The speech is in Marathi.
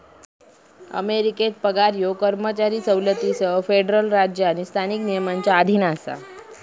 अमेरिकेत पगार ह्यो कर्मचारी सवलतींसह फेडरल राज्य आणि स्थानिक नियमांच्या अधीन असा